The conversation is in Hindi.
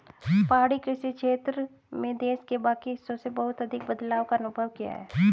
पहाड़ी कृषि क्षेत्र में देश के बाकी हिस्सों से बहुत अधिक बदलाव का अनुभव किया है